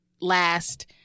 last